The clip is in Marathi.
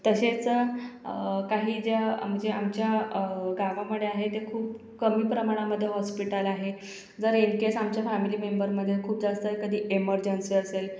तसेच काही ज्या आमचे आमच्या गावांमध्ये आहे ते खूप कमी प्रमाणामध्ये हॉस्पिटल आहे जर इन केस आमच्या फॅमिली मेंबरमध्ये खूप जास्त कधी एमर्जन्सी असेल